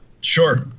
Sure